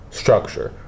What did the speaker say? structure